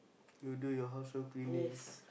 you do your household cleaning